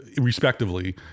respectively